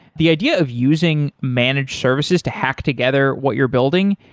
the idea of using managed services to hack together what you're building,